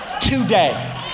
today